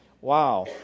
Wow